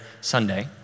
Sunday